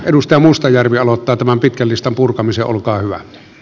edustaja mustajärvi aloittaa tämän pitkän listan purkamisen olkaa hyvä